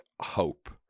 hope